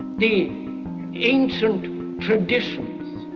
the ancient traditions.